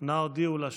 נא הודיעו לה,